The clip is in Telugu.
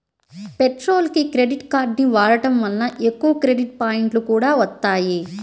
పెట్రోల్కి క్రెడిట్ కార్డుని వాడటం వలన ఎక్కువ క్రెడిట్ పాయింట్లు కూడా వత్తాయి